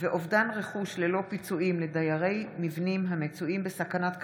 ואובדן רכוש ללא פיצויים לדיירי מבנים המצויים בסכנת קריסה.